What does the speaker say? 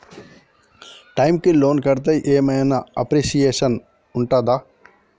Time కి loan కడ్తే ఏం ఐనా అప్రిషియేషన్ ఉంటదా?